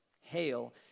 Hail